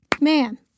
Man